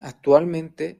actualmente